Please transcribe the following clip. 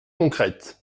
concrètes